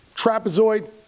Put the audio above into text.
Trapezoid